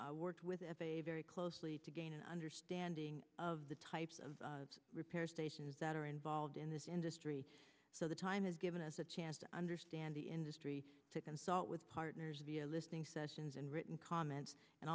worked with f a a very closely to gain an understanding of the types of repair stations that are involved in this industry so the time has given us a chance i understand the industry to consult with partners listening sessions and written comments and